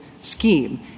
scheme